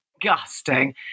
disgusting